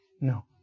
No